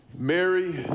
Mary